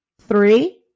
three